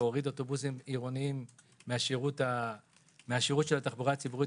להוריד אוטובוסים עירוניים מהשירות של התחבורה הציבורית